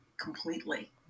completely